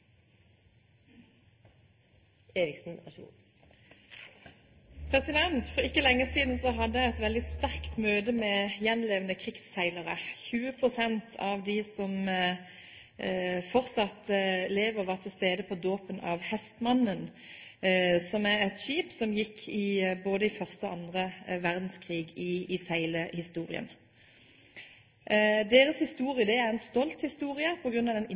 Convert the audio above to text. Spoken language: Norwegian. For ikke lenge siden hadde jeg et veldig sterkt møte med gjenlevende krigsseilere. 20 pst. av dem som fortsatt lever, var til stede på dåpen av «Hestmanden», som er et skip som seilte både i første og annen verdenskrig i seilerhistorien. Deres historie er en stolt historie på grunn av den innsatsen de gjorde. Det er en trist historie